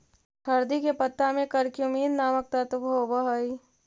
हरदी के पत्ता में करक्यूमिन नामक तत्व होब हई